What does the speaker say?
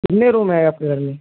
कितने रूम है आपके घर में